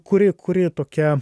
kuri kuri tokia